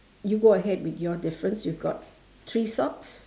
you go ahead with your difference you got three socks